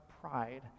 pride